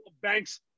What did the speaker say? Banks